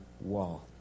wall